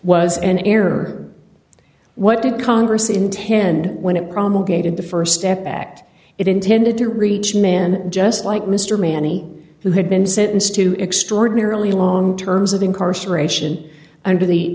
was an error what did congress intend when it promulgated the st step backed it intended to reach men just like mr manny who had been sentenced to extraordinarily long terms of incarceration under the